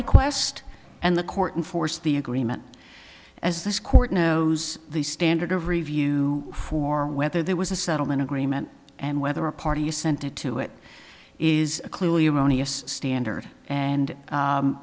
request and the court and force the agreement as this court knows the standard of review for whether there was a settlement agreement and whether a party assented to it is a clearly erroneous standard and